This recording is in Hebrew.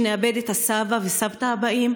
שנאבד את הסבא והסבתא הבאים,